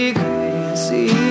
crazy